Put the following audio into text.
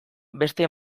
beste